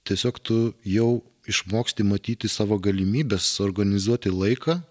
tiesiog tu jau išmoksti matyti savo galimybes organizuoti laiką